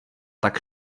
tak